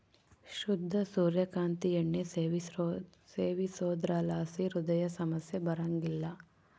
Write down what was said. ಶುದ್ಧ ಸೂರ್ಯ ಕಾಂತಿ ಎಣ್ಣೆ ಸೇವಿಸೋದ್ರಲಾಸಿ ಹೃದಯ ಸಮಸ್ಯೆ ಬರಂಗಿಲ್ಲ